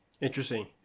interesting